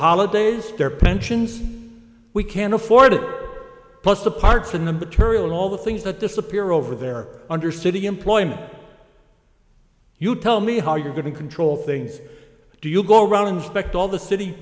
holidays their pensions we can't afford it plus the parts and the material and all the things that disappear over there under city employment you tell me how you're going to control things do you go around inspect all the city